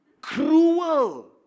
Cruel